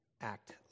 act